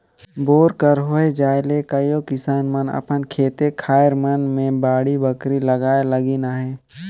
bore कर होए जाए ले कइयो किसान मन अपन खेते खाएर मन मे बाड़ी बखरी लगाए लगिन अहे